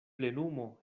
plenumo